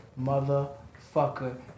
motherfucker